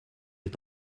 est